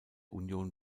union